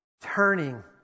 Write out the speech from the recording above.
turning